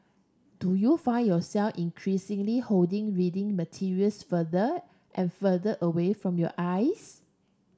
do you find yourself increasingly holding reading materials further and further away from your eyes